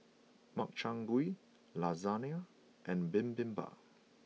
Makchang Gui Lasagna and Bibimbap